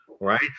Right